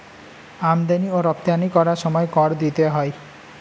আমদানি ও রপ্তানি করার সময় কর দিতে হয়